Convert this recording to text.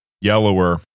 yellower